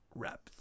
wrap